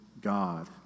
God